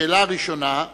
השאלה הראשונה,